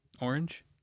Orange